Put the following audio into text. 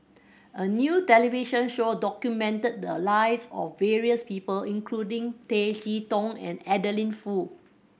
a new television show documented the live of various people including Tay Chee Toh and Adeline Foo